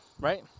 Right